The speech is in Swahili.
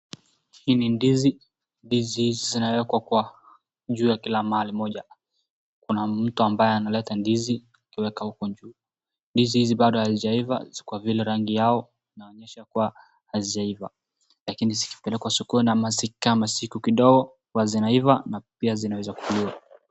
Hii ni ndizi. Ndizi hizi zinawekwa kwa juu ya kila mahali moja. Kuna mtu ambaye analeta ndizi akiweka huko juu. Ndizi hizi bado hazijaiva kwa vile rangi yao inaonyesha kuwa hazijaiva. Lakini zikipelekwa sokoni ama zikikaa masiku kidogo huwa zinaiva na pia zinaeza kuliwa.